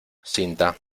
cinta